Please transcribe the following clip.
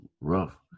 rough